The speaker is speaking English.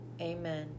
amen